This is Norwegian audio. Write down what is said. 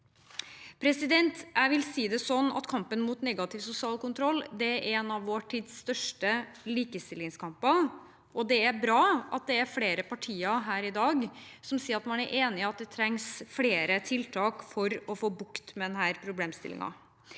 mer tak. Jeg vil si det sånn at kampen mot negativ sosial kontroll er en av vår tids største likestillingskamper, og det er bra at det er flere partier her i dag som sier at man er enig i at det trengs flere tiltak for å få bukt med denne problemstillingen.